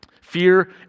Fear